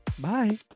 Bye